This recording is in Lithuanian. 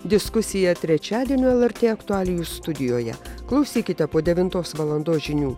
diskusija trečiadienio el er tė aktualijų studijoje klausykite po devintos valandos žinių